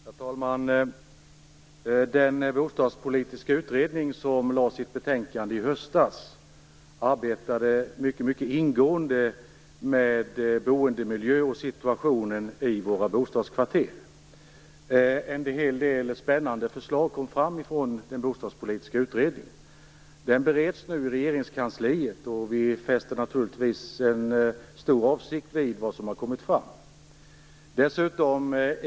Herr talman! Den bostadspolitiska utredning som lade fram sitt betänkande i höstas arbetade mycket ingående med boendemiljö och situationen i våra bostadskvarter. En hel del spännande förslag kom fram från den bostadspolitiska utredningen. Den bereds nu i Regeringskansliet, och vi fäster naturligtvis stor vikt vid vad som har kommit fram.